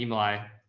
um ally.